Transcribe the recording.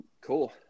cool